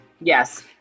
Yes